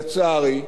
לצערי,